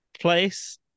place